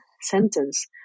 sentence